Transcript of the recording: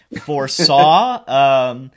foresaw